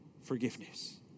forgiveness